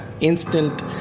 instant